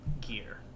gear